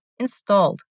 installed